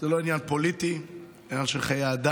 זה לא עניין פוליטי, זה עניין של חיי אדם,